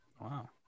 Wow